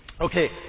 Okay